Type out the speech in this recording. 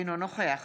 אינו נוכח